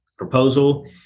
proposal